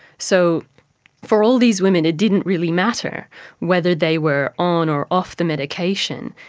so for all these women didn't really matter whether they were on or off the medication,